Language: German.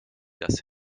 das